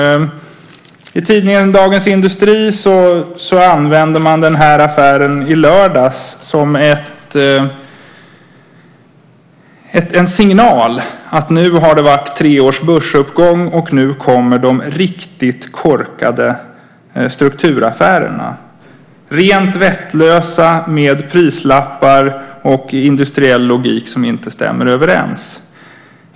I tidningen Dagens Industri i lördags beskriver man den här affären som en signal om att nu har det varit tre års börsuppgång och nu kommer de riktigt korkade strukturaffärerna, rent vettlösa med prislappar och industriell logik som inte stämmer överens.